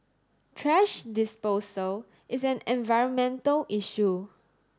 thrash disposal is an environmental issue